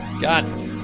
God